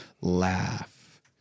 laugh